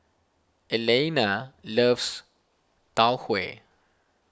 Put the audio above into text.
Elaina loves Tau Huay